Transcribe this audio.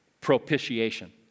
propitiation